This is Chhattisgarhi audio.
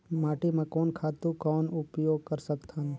माटी म कोन खातु कौन उपयोग कर सकथन?